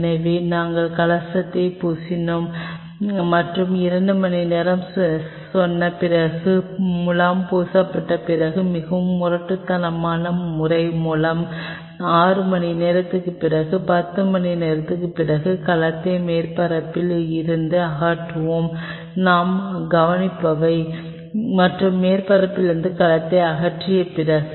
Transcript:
எனவே நாங்கள் கலத்தை பூசினோம் மற்றும் 2 மணிநேரம் சொன்ன பிறகு முலாம் பூசப்பட்ட பிறகு மிகவும் முரட்டுத்தனமான முறை மூலம் 6 மணி நேரத்திற்குப் பிறகு 10 மணி நேரத்திற்குப் பிறகு கலத்தை மேற்பரப்பில் இருந்து அகற்றுவோம் நாம் கவனிப்பவை மற்றும் மேற்பரப்பில் இருந்து கலத்தை அகற்றிய பிறகு